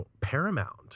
paramount